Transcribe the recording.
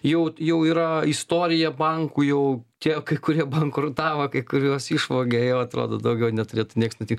jau jau yra istorija bankų jau tie kai kurie bankrutavo kai kuriuos išvogė jau atrodo daugiau neturėtų nieks nutikt